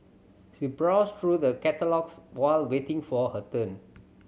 she browsed through the catalogues while waiting for her turn